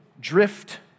drift